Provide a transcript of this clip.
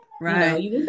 right